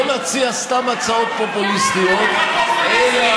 לא נציג סתם הצעות פופוליסטיות אלא,